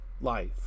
life